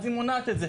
אז היא מונעת את זה.